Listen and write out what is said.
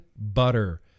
butter